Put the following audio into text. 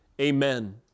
Amen